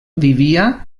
vivia